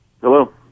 Hello